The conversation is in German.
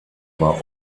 war